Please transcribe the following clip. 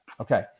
Okay